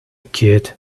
kid